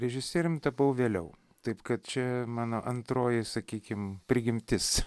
režisierium tapau vėliau taip kad čia mano antroji sakykim prigimtis